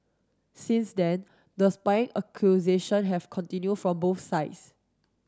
since then the spying accusation have continued from both sides